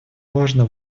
важно